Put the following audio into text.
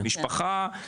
משפחה,